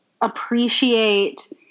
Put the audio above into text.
appreciate